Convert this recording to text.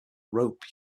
rope